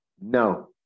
No